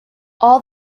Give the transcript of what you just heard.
all